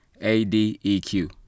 A-D-E-Q